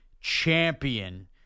champion